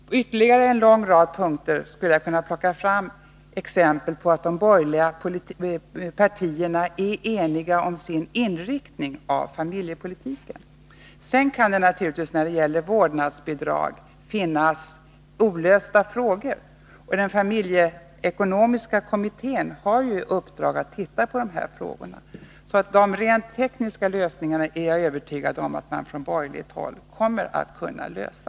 På ytterligare en lång rad punkter skulle jag kunna plocka fram exempel på att de borgerliga partierna är eniga beträffande inriktningen av familjepolitiken. Sedan kan det naturligtvis, t.ex. när det gäller vårdnadsbidraget, finnas olösta frågor. Den familjeekonomiska kommittén har i uppdrag att titta på dessa frågor, så jag är övertygad om att de rent tekniska problemen kommer man från borgerligt håll att kunna lösa.